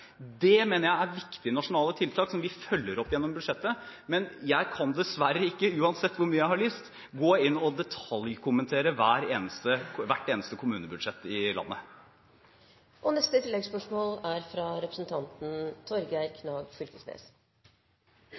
Det mener jeg er viktige nasjonale tiltak som vi følger opp gjennom budsjettet, men jeg kan dessverre ikke, uansett hvor mye jeg har lyst, gå inn og detaljkommentere hvert eneste kommunebudsjett i landet. Torgeir Knag Fylkesnes